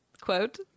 quote